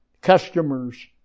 customers